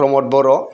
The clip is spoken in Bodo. प्रमद बर'